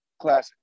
classic